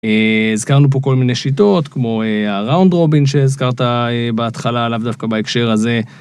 הזכרנו פה כל מיני שיטות כמו הראונד רובין שהזכרת בהתחלה לאו דווקא בהקשר הזה.